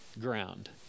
ground